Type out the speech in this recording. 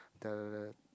the the